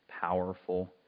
powerful